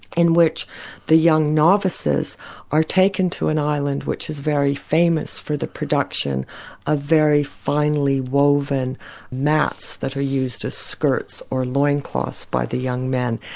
in which the young novices are taken to an island which is very famous for the production of ah very finely woven mats that are used as skirts or loincloths by the young men,